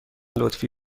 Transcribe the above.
لطفی